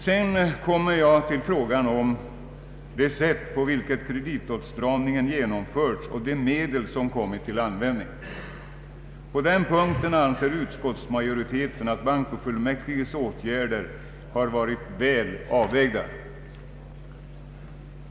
Sedan kommer jag till frågan om det sätt på vilket kreditåtstramningen genomförts och de medel som kommit till användning. På den punkten anser utskottsmajoriteten att bankofullmäktiges åtgärder har varit väl avvägda.